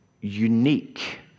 unique